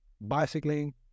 bicycling